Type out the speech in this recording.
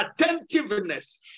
attentiveness